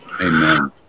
Amen